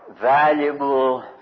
valuable